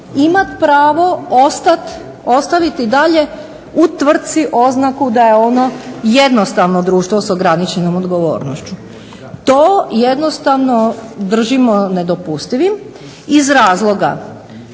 imat pravo ostaviti dalje u tvrtci oznaku da je ono jednostavno društvo s ograničenom odgovornošću. To jednostavno držimo nedopustivim iz razloga